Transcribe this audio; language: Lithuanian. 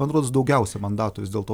man rodos daugiausia mandatų vis dėlto